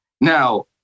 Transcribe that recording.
Now